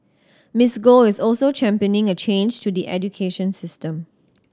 Miss Go is also championing a change to the education system